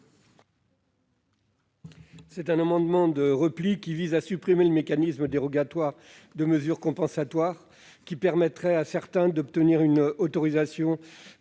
Cet amendement de repli vise à supprimer le mécanisme dérogatoire de mesures compensatoires, qui permettrait à certains d'obtenir une autorisation